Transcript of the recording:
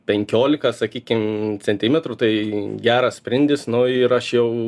penkiolika sakykime centimetrų tai geras sprindis nu ir aš jau